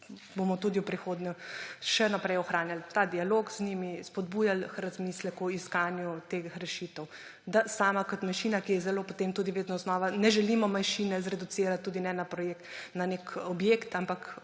bomo tudi v prihodnje še naprej ohranjali ta dialog z njimi, spodbujali k razmisleku o iskanju teh rešitev, da sama kot manjšina, ki je zelo potem tudi vedno znova … Ne želimo manjšine zreducirati tudi na nek objekt, ampak